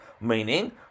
meaning